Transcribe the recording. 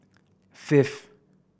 fifth